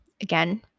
again